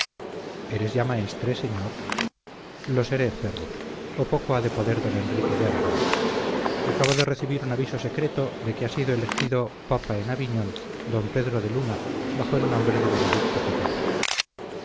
eres ya maestre señor lo seré ferrus o poco ha de poder don enrique de aragón acabo de recibir un aviso secreto de que ha sido elegido papa en aviñón don pedro de luna bajo el nombre de benedicto